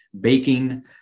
baking